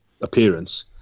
appearance